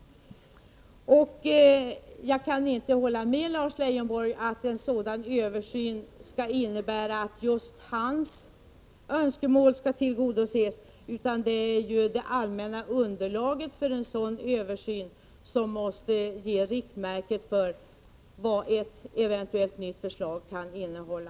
Jag kan inte hålla med Lars Leijonborg om att en sådan översyn skall innebära att just hans önskemål tillgodoses, utan det är ju det allmänna underlaget för den översynen som måste ge riktmärket för vad ett eventuellt nytt förslag kan innehålla.